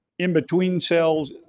in between cells,